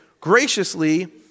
graciously